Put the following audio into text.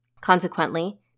Consequently